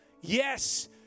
Yes